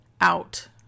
out